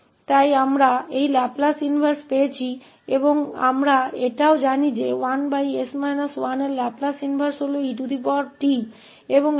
तो हमें यह लाप्लास प्रतिलोम मिला और हम 1 के लाप्लास प्रतिलोम को भी जानते हैं